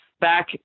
back